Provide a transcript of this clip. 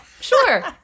sure